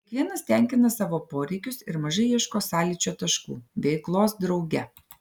kiekvienas tenkina savo poreikius ir mažai ieško sąlyčio taškų veiklos drauge